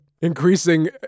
increasing